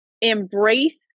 embrace